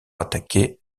attaquer